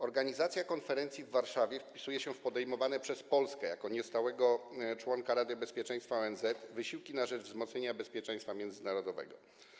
Organizacja konferencji w Warszawie wpisuje się w podejmowane przez Polskę jako niestałego członka Rady Bezpieczeństwa ONZ wysiłki na rzecz wzmocnienia bezpieczeństwa międzynarodowego.